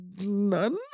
None